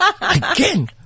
Again